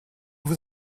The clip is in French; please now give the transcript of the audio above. vous